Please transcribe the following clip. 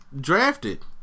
drafted